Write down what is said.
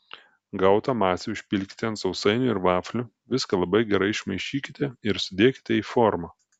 gautą masę užpilkite ant sausainių ir vaflių viską labai gerai išmaišykite ir sudėkite į formą